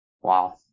Wow